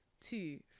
Two